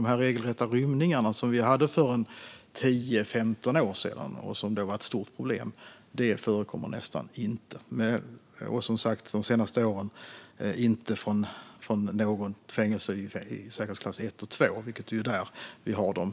De regelrätta rymningarna, som vi hade för 10-15 år sedan och som då var ett stort problem, förekommer nästan inte. Som sagt har det de senaste åren inte förekommit några rymningar från något fängelse i säkerhetsklass 1 eller 2, och det är där vi har dem